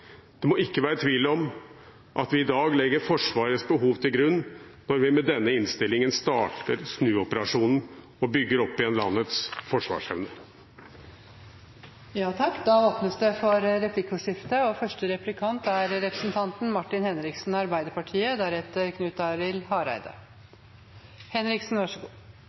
Det må ikke være tvil om at vi i dag legger Forsvarets behov til grunn når vi med denne innstillingen starter snuoperasjonen og bygger opp igjen landets forsvarsevne. Det blir replikkordskifte. Jeg er glad for at forliket om langtidsplanen opprettholder Kystjegerkommandoen og